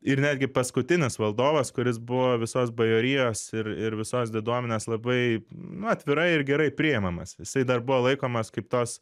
ir netgi paskutinis valdovas kuris buvo visos bajorijos ir ir visos diduomenės labai nu atvirai ir gerai priimamas jisai dar buvo laikomas kaip tos